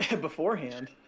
beforehand